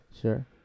Sure